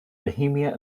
bohemia